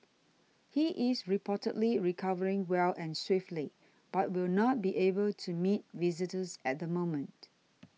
he is reportedly recovering well and swiftly but will not be able to meet visitors at the moment